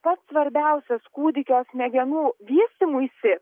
pats svarbiausias kūdikio smegenų vystymuisi